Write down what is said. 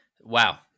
Wow